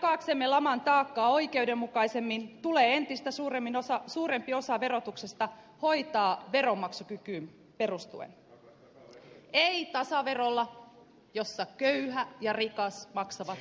jakaaksemme laman taakkaa oikeudenmukaisemmin tulee entistä suurempi osa verotuksesta hoitaa veronmaksukykyyn perustuen ei tasaverolla jossa köyhä ja rikas maksavat saman veroprosentin